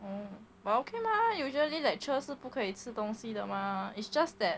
oh but okay lah usually lecture 是不可以吃东西的 mah it's just that